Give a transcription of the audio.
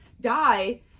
die